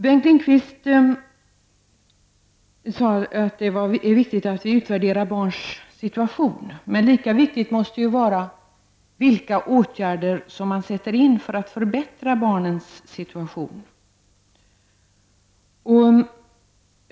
Bengt Lindqvist sade att det är viktigt att utvärdera barns situation. Men lika viktigt måste vara vilka åtgärder man sätter in för att förbättra barnens situation.